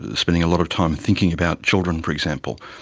spending a lot of time thinking about children for example.